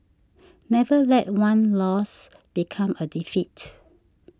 never let one loss become a defeat